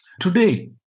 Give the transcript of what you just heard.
Today